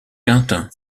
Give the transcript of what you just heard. quintin